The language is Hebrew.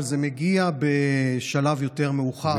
אבל זה מגיע בשלב יותר מאוחר,